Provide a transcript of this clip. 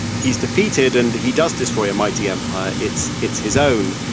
he's defeated and he does destroy a mighty empire. it's it's his own.